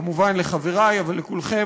כמובן לחברי אבל לכולכם,